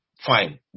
Fine